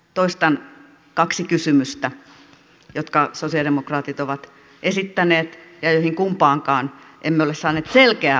toistan kaksi kysymystä jotka sosialidemokraatit ovat esittäneet ja joihin kumpaankaan emme ole saaneet selkeää vastausta